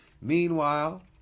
Meanwhile